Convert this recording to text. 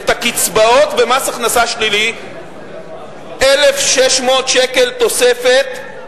את הקצבאות ומס הכנסה שלילי, 1,600 שקל תוספת.